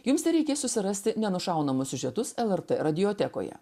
jums tereikės susirasti nenušaunamus siužetus lrt radiotekoje